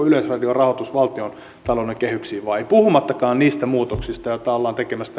yleisradion rahoitus valtiontalouden kehyksiin vai ei puhumattakaan niistä muutoksista joita ollaan tekemässä